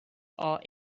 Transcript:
are